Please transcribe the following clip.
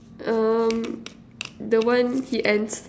um the one he ends